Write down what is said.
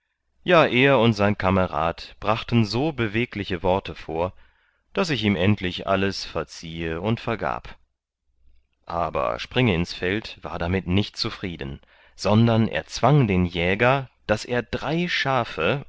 ja er und sein kamerad brachten so bewegliche worte vor daß ich ihm endlich alles verziehe und vergab aber springinsfeld war damit nicht zufrieden sondern zwang den jäger daß er drei schafe